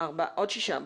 עוד שישה.